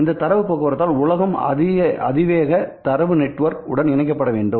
இந்த தரவு போக்குவரத்தால் உலகம் அதிவேக தரவு நெட்வொர்க் உடன் இணைக்கப்பட வேண்டும்